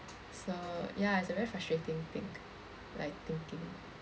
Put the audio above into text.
so ya it's a very frustrating think like thinking